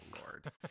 Lord